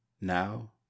now